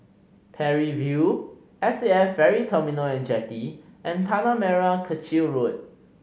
Parry View S A F Ferry Terminal And Jetty and Tanah Merah Kechil Road